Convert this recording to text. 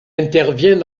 intervient